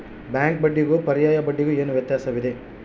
Bank ಬಡ್ಡಿಗೂ ಪರ್ಯಾಯ ಬಡ್ಡಿಗೆ ಏನು ವ್ಯತ್ಯಾಸವಿದೆ?